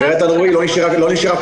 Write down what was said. בעינינו,